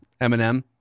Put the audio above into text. Eminem